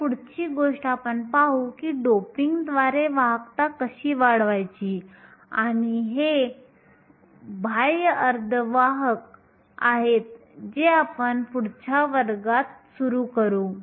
तर पुढची गोष्ट आपण पाहू की डोपिंगद्वारे वाहकता कशी वाढवायची आणि हे बाह्य अर्धवाहक आहेत जे आपण पुढच्या वर्गात सुरू करू